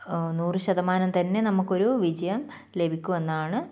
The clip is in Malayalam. നൂറ് ശതമാനം തന്നെ നമുക്കൊരു വിജയം ലഭിക്കുമെന്നാണ്